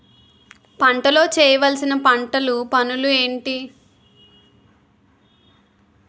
పంటలో చేయవలసిన పంటలు పనులు ఏంటి?